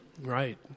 Right